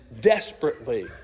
desperately